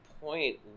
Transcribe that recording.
point